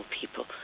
people